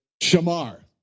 shamar